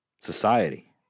society